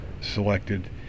selected